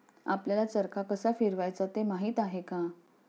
आपल्याला चरखा कसा फिरवायचा ते माहित आहे का?